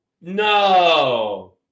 No